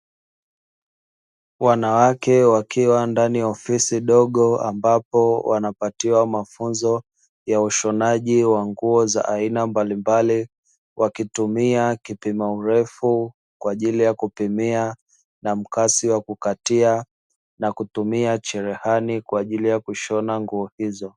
Wanawake wakiwa ndani ya ofisi ndogo, ambapo wanapatiwa mafunzo ya ushonaji wa nguo za aina mbalimbali, wakitumia kipima urefu kwa ajili ya kupimia, na mkasi wa kukatia na kutumia cherehani kwa ajili ya kushona nguo hizo.